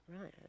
Right